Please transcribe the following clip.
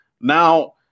now